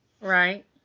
right